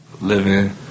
living